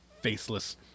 faceless